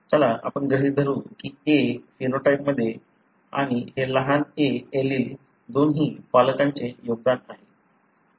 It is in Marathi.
चला आपण गृहित धरू की a फिनोटाइप मध्ये आणि हे लहान a एलील दोन्ही पालकांचे योगदान आहे